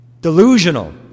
delusional